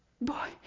Boy